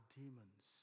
demons